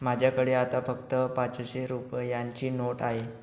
माझ्याकडे आता फक्त पाचशे रुपयांची नोट आहे